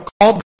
called